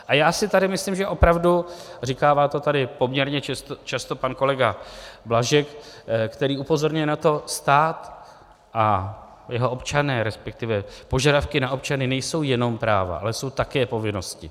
A já si tady myslím, že opravdu říkával to tady poměrně často pan kolega Blažek, který upozorňuje na to, že stát a jeho občané, resp. požadavky na občany, nejsou jenom práva, ale jsou také povinnosti.